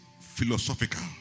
philosophical